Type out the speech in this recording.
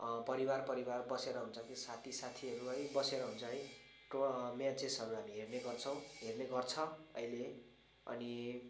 परिवार परिवार बसेर हुन्छ कि साथी साथीहरू है बसेर हुन्छ है त्यो म्याचेसहरू हामी हेर्ने गर्छौँ हेर्ने गर्छ अहिले अनि